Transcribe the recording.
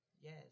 Yes